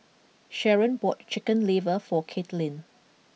Sharron bought chicken liver for Katelyn